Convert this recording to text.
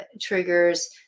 triggers